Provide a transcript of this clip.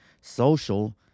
Social